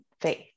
faith